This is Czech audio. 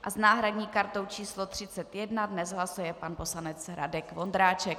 S náhradní kartou číslo 31 dnes hlasuje pan poslanec Radek Vondráček.